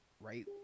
right